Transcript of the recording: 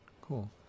Cool